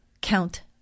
Count